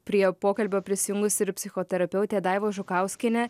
prie pokalbio prisijungusi ir psichoterapeutė daiva žukauskienė